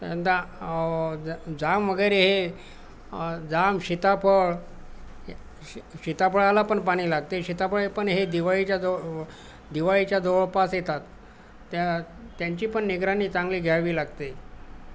दा जामवगैरे हे जाम सिताफळ श सिताफळालापण पाणी लागते सिताफळेपण हे दिवाळीच्या ज दिवाळीच्या जवळपास येतात त्या त्यांचीपण निगराणी चांगली घ्यावी लागते